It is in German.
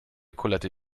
kullerte